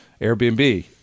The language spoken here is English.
Airbnb